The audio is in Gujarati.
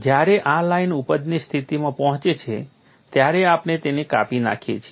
જ્યારે આ લાઇન ઉપજની સ્થિતિમાં પહોંચે છે ત્યારે આપણે તેને કાપી નાખીએ છીએ